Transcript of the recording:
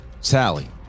Sally